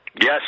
yes